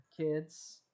kids